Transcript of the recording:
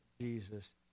Jesus